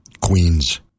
Queens